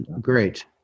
great